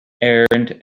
earned